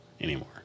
anymore